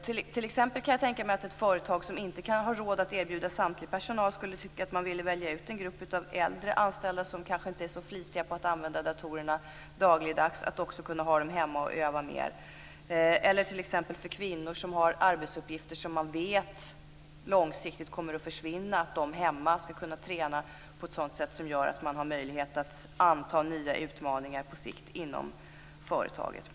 T.ex. kan jag tänka mig att ett företag som inte har råd att erbjuda datoranvändning till samtlig personal kan tänkas vilja välja ut en grupp av äldre anställda, vilka kanske inte är så flitiga användare av datorerna dagligdags, som kan ha datorerna hemma för att öva mer. Det gäller också för t.ex. kvinnor som har arbetsuppgifter, vilka man långsiktigt vet kommer att försvinna. De skall kunna träna hemma på ett sätt som gör att de har möjlighet att på sikt anta nya utmaningar inom företaget.